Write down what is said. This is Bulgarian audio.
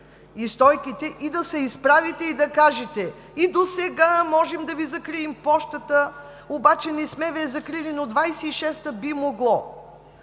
и Стойките, да се изправите и да кажете: „И досега можехме да Ви закрием пощата, обаче не сме Ви я закрили, но 2026 г. би могло,